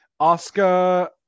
oscar